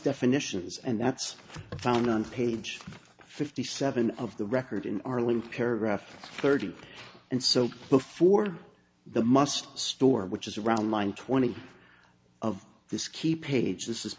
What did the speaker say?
definitions and that's found on page fifty seven of the record in our link paragraph thirty and so before the must store which is around line twenty of this key page